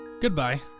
goodbye